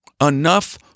enough